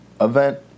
event